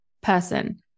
person